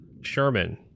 Sherman